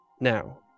Now